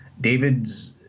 David's